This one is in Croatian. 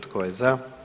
Tko je za?